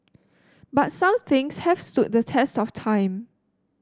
but some things have stood the test of time